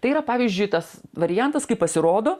tai yra pavyzdžiui tas variantas kai pasirodo